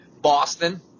Boston